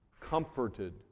comforted